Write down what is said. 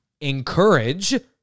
encourage